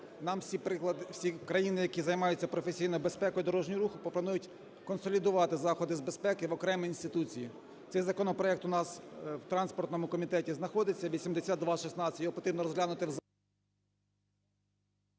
нам всі країни, які займаються професійно безпекою дорожнього руху, пропонують консолідувати заходи з безпеки в окремі інституції. Цей законопроект у нас в транспортному комітеті знаходиться (8216), його потрібно розглянути…